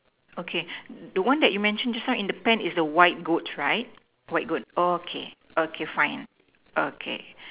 okay the one that you mention just now in the pen is the white goats right white goats orh okay okay fine okay